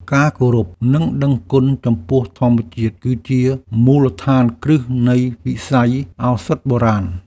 ការគោរព និងដឹងគុណចំពោះធម្មជាតិ គឺជាមូលដ្ឋានគ្រឹះនៃវិស័យឱសថបុរាណ។